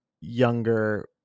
younger